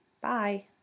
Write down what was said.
Bye